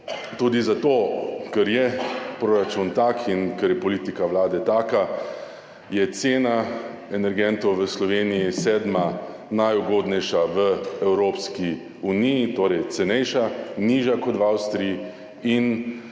Tudi zato, ker je proračun tak in ker je politika Vlade taka, je cena energentov v Sloveniji sedma najugodnejša v Evropski uniji, torej cenejša, nižja kot v Avstriji in